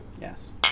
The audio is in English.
Yes